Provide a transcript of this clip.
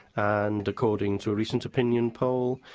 and, according to a recent opinion poll,